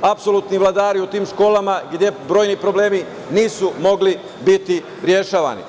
apsolutni vladari u tim školama, gde brojni problemi nisu mogli biti rešavani.